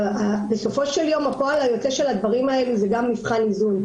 שבסופו של יום הפועל היוצא של הדברים האלה זה גם מבחן איזון.